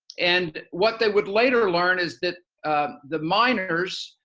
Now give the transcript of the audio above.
and what they would later learn is that the miners,